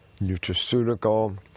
nutraceutical